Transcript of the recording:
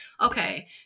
Okay